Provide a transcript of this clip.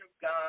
God